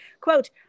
Quote